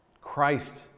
Christ